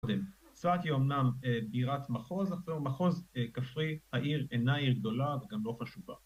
צפת היא אומנם בירת מחוז, מחוז כפרי, העיר אינה עיר גדולה וגם לא חשובה